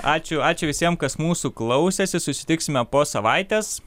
ačiū ačiū visiem kas mūsų klausėsi susitiksime po savaitės